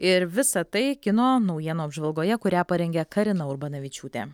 ir visa tai kino naujienų apžvalgoje kurią parengė karina urbanavičiūtė